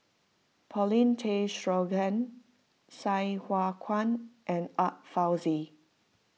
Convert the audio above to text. Paulin Tay Straughan Sai Hua Kuan and Art Fazil